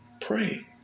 Pray